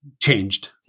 changed